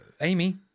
Amy